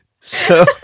So-